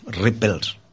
rebuilt